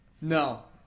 No